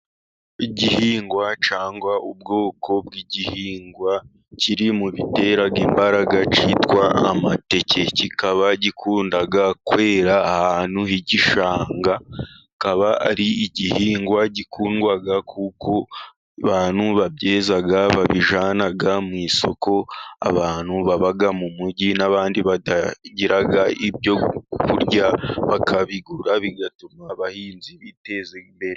Igihingwa cyangwa ubwoko bw'igihingwa kiri mu bitera imbaraga cyitwa amateke, kikaba gikunda kwera ahantu h'igishanga kikaba ari igihingwa gikundwa kuko abantu babyeza babijyana mu isoko ,abantu baba mu mugi n'abandi batagira ibyo kurya bakabigura bigatuma abahinzi biteza imbere.